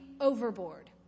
overboard